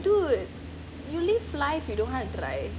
dude you live life you don't want to try